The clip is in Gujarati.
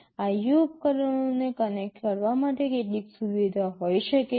IO ઉપકરણોને કનેક્ટ કરવા માટે કેટલીક સુવિધા હોઈ શકે છે